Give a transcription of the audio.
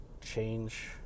change